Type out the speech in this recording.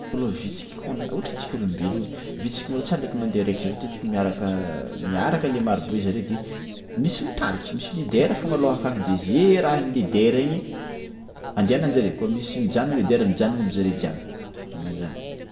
Lôha vitsiky koa ohatra antsika olombelogno, vitsiky malôha tsary ndraiky mandeha araiky fa matetiky miaraka miaraka maroboe zare de misy mitariky, misy leader foagna alôha akagny de zay rahan'ny leader igny andianan-jare kôa misy mijanogno leader mijanogno aby zare jiaby, magnan-jany.